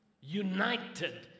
united